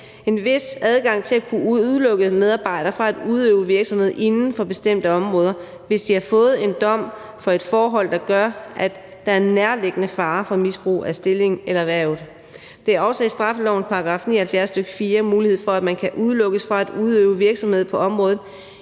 en vis adgang til at kunne udelukke en medarbejder fra at udøve virksomhed inden for bestemte områder, hvis de har fået en dom for et forhold, der gør, at der er en nærliggende fare for misbrug af stillingen eller erhvervet. Der er i straffelovens § 79, stk. 4, også mulighed for, at man kan udelukkes fra at udøve virksomhed på området,